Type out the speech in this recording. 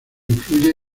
influye